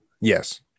Yes